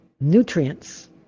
nutrients